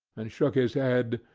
and shook his head,